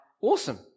awesome